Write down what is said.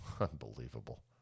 unbelievable